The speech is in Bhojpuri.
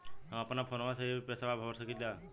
हम अपना फोनवा से ही पेसवा भर सकी ला?